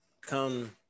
come